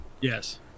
yes